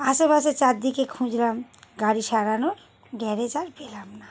আশেপাশে চারদিকে খুঁজলাম গাড়ি সারানোর গ্যারেজ আর পেলাম না